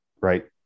Right